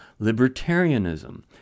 libertarianism